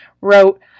wrote